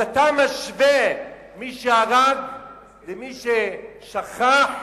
אז אתה משווה מי שהרג למי ששכח,